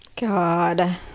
God